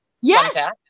yes